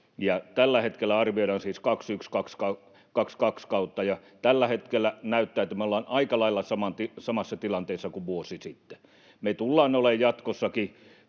Tällä hetkellä arvioidaan siis kautta 21—22, ja tällä hetkellä näyttää, että me ollaan aika lailla samassa tilanteessa kuin vuosi sitten. Me tullaan olemaan jatkossakin